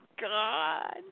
God